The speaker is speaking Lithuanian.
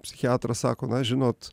psichiatras sako na žinot